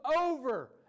over